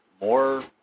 more